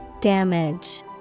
Damage